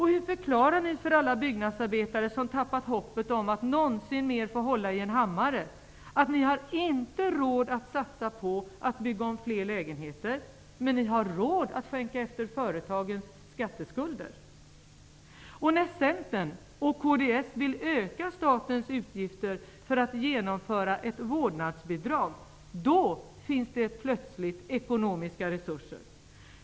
Hur förklarar ni för alla byggnadsarbetare som tappat hoppet om att någonsin mer få hålla i en hammare att ni inte har råd att satsa på att bygga om fler lägenheter, men ni har råd att skänka efter företagens skatteskulder? När Centern och kds vill öka statens utgifter för att genomföra ett vårdnadsbidrag, då finns det helt plötsligt ekonomiska resurser.